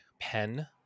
pen